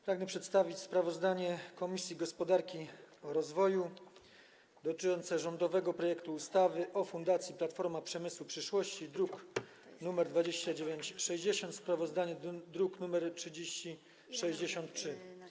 Pragnę przedstawić sprawozdanie Komisji Gospodarki i Rozwoju dotyczące rządowego projektu ustawy o Fundacji Platforma Przemysłu Przyszłości, druk nr 2960, sprawozdanie - druk nr 3063.